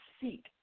seek